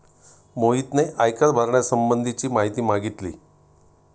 मोहितने आयकर भरण्यासंबंधीची माहिती मागितली